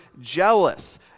jealous